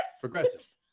Progressive